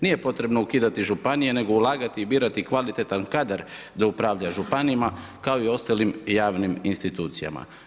Nije potrebno ukidati županije nego ulagati i birati kvalitetan kadar da upravlja županijama kao i ostalim javnim institucijama.